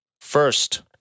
First